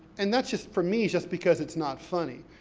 and that's just, for me, just because it's not funny.